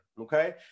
okay